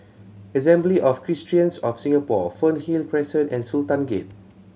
Assembly of Christians of Singapore Fernhill Crescent and Sultan Gate